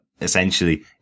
essentially